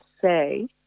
say